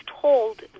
told